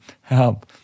help